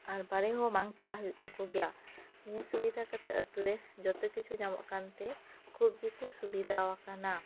ᱟᱨ ᱵᱟᱨᱦᱮ ᱦᱚᱸ ᱵᱟᱝ ᱪᱟᱞᱟᱜ ᱦᱩᱭᱩᱜ ᱛᱟᱠᱩ ᱜᱮᱭᱟ ᱱᱤᱭᱟᱹ ᱥᱩᱵᱤᱫᱷᱟ ᱠᱟᱛᱮᱫ ᱟᱹᱛᱩᱨᱮ ᱡᱚᱛᱚ ᱠᱤᱪᱷᱩ ᱧᱟᱢᱚᱜ ᱠᱟᱱᱛᱮ ᱠᱷᱩᱵ ᱜᱮᱠᱩ ᱥᱩᱵᱤᱫᱷᱟᱣ ᱟᱠᱟᱱᱟ